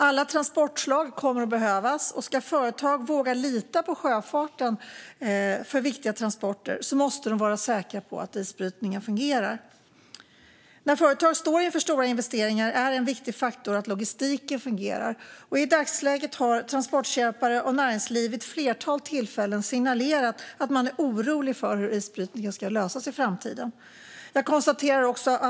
Alla transportslag kommer att behövas, och om företag ska våga lita på sjöfarten för viktiga transporter måste de vara säkra på att isbrytningen fungerar. När företag står inför stora investeringar är en viktig faktor att logistiken fungerar. I dagsläget har transportköpare och näringsliv vid ett flertal tillfällen signalerat att de är oroliga för hur isbrytningen ska lösas i framtiden.